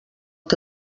que